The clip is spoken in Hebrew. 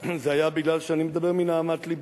זה היה בגלל שאני מדבר מנהמת לבי.